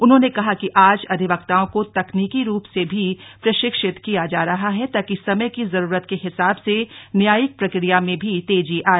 उन्होंने कहा कि आज अधिवक्ताओं को तकनीकी रूप से भी प्रशिक्षित किया जा रहा है ताकि समय की जरूरत के हिसाब से न्यायिक प्रक्रिया में भी तेजी आए